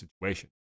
situation